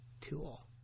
tool